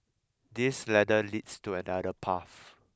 this ladder leads to another path